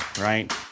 right